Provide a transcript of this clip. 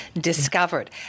discovered